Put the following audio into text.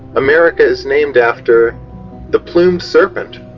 america is named after the plumed serpent,